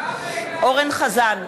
נגד אורן אסף